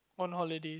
on holidays